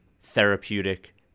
therapeutic